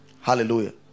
Hallelujah